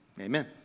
Amen